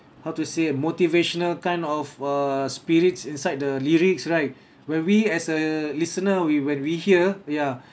how to say motivational kind of err spirits inside the lyrics right when we as a listener we when we hear ya